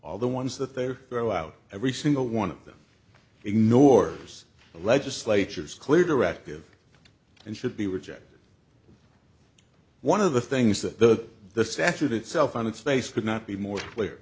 all the ones that they are throw out every single one of them ignores the legislature's clear directive and should be rejected one of the things that the statute itself on its face could not be more clear